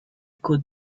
could